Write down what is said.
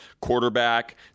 quarterback –